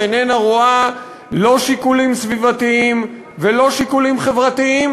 שאיננה רואה לא שיקולים סביבתיים ולא שיקולים חברתיים,